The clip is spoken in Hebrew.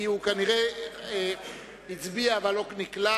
כי הוא כנראה הצביע אבל לא נקלט,